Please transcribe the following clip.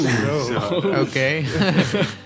Okay